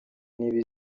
niba